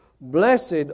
blessed